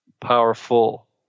powerful